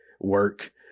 work